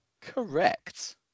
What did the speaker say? Correct